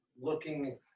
looking